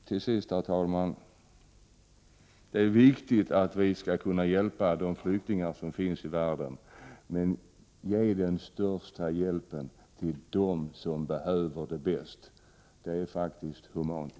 Herr talman! Det är viktigt att vi skall kunna hjälpa de flyktingar som finns i världen. Men ge den största hjälpen till dem som behöver den bäst! Det är faktiskt humant.